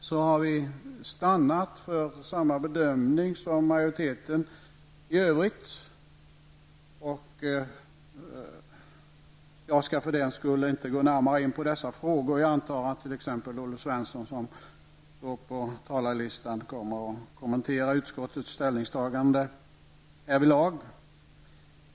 Vi har stannat för samma bedömning som majoriteten i övrigt. Jag skall för den skull inte gå närmare in på dessa frågor. Jag antar att t.ex. Olle Svensson, som står på talarlistan, kommer att kommentera utskottets ställningstagande härvidlag.